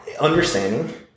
understanding